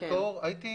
הייתי